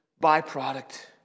byproduct